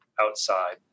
outside